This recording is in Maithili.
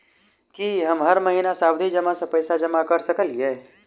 की हम हर महीना सावधि जमा सँ पैसा जमा करऽ सकलिये?